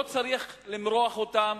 לא צריך למרוח אותם.